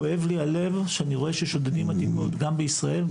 כואב לי הלב כשאני רואה ששודדים עתיקות גם בישראל,